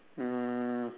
um